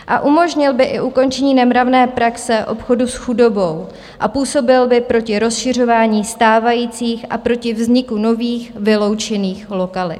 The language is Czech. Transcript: A umožnil by i ukončení nemravné praxe obchodu s chudobou a působil by proti rozšiřování stávajících a proti vzniku nových vyloučených lokalit.